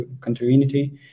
continuity